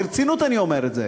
ברצינות אני אומר את זה,